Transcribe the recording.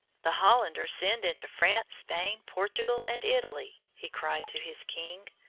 the hollanders send into france, spain, portugal, and italy, he cried to his king,